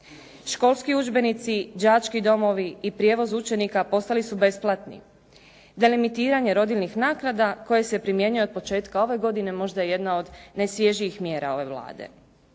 školski udžbenici, đački domovi i prijevoz učenika postali su besplatni, delimitiranje rodiljnih naknada koje se primjenjuje od početka ove godine, možda je jedna od najsvježijih mjera ove Vlade.